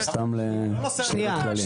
סתם לידע כללי.